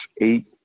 eight